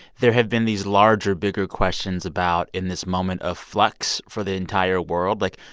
there have been these larger, bigger questions about in this moment of flux for the entire world, like,